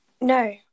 no